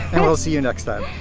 and we'll see you next time.